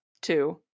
two